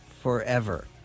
forever